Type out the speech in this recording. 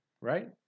right